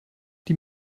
die